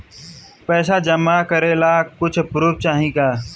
पैसा जमा करे ला कुछु पूर्फ चाहि का?